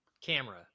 camera